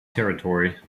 territory